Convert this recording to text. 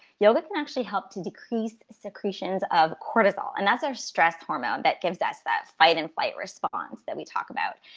yoga can actually help to decrease secretions of cortisol, and that's our stress hormone that gives us that fight-or-flight response that we talked about.